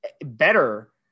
better